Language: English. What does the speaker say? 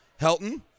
Helton